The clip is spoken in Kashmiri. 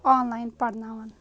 آن لایِن پَرناوان